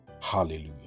Hallelujah